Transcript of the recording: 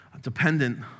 dependent